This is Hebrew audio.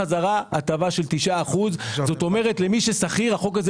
מהו חוסר הוודאות שלי בחוק?